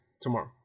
tomorrow